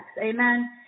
Amen